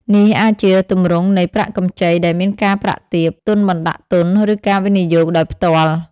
នេះអាចជាទម្រង់នៃប្រាក់កម្ចីដែលមានការប្រាក់ទាប ទុនបណ្តាក់ទុនឬការវិនិយោគដោយផ្ទាល់ ។